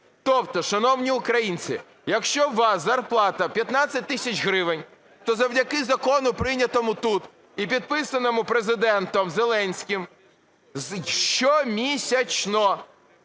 Тобто, шановні українці, якщо у вас зарплата 15 тисяч гривень, то завдяки закону, прийнятому тут і підписаному Президентом Зеленським, щомісячно,